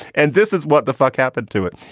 and this is what the fuck happened to it.